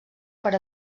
per